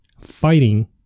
fighting